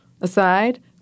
aside